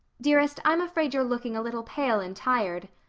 dearest, i'm afraid you're looking a little pale and tired.